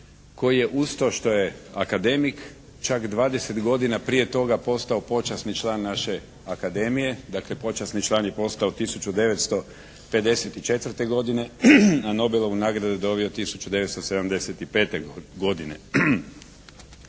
koji je uz to što je akademik čak 20 godina prije toga postao počasni član naše Akademije dakle, počasni član je postao 1954. godine a Nobelovu nagradu je dobio 1975. godine.